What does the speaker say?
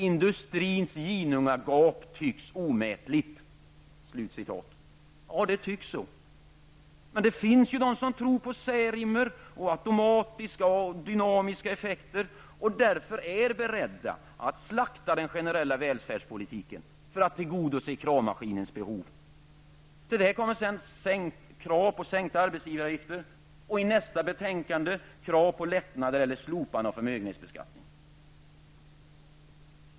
Industrins ginnungagap tycks omättligt.'' Ja, det tycks vara så. Men det finns de som tror på Särimer samt på automatiken och dynamiska effekter och som således är beredda att slakta den generella välfärdspolitiken för att tillgodose kravmaskinens behov. Till detta kommer krav på sänkta arbetsgivaravgifter och i nästa betänkande krav på lättnader i eller slopande av förmögenhetsbeskattningen.